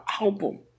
album